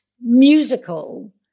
musical